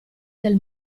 del